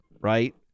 right